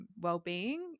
well-being